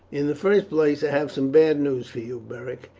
in the first place, i have some bad news for you, beric.